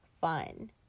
fun